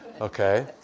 Okay